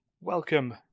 Welcome